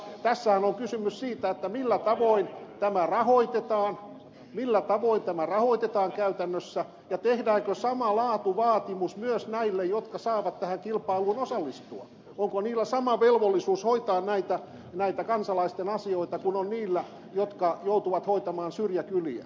tässähän on kysymys siitä millä tavoin tämä rahoitetaan käytännössä ja tehdäänkö sama laatuvaatimus myös näille jotka saavat tähän kilpailuun osallistua onko niillä sama velvollisuus hoitaa näitä kansalaisten asioita kuin on niillä jotka joutuvat hoitamaan syrjäkyliä